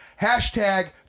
Hashtag